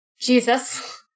Jesus